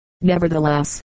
Nevertheless